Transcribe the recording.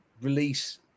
release